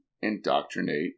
indoctrinate